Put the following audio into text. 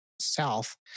South